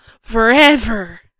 forever